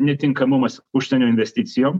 netinkamumas užsienio investicijom